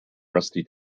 rusty